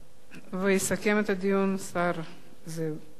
יסכם את הדיון השר זאב בגין.